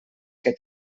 que